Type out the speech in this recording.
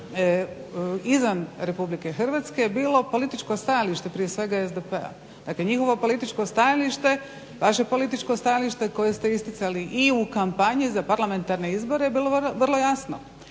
izvan RH je bilo političko stajalište prije svega SDP-a. Dakle, njihovo političko stajalište. Vaše političko stajalište koje ste isticali i u kampanji za parlamentarne izbore je bilo vrlo jasno.